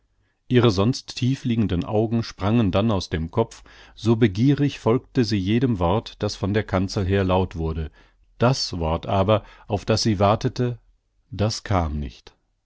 ihre sonst tiefliegenden augen sprangen dann aus dem kopf so begierig folgte sie jedem wort das von der kanzel her laut wurde das wort aber auf das sie wartete das kam nicht